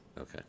Okay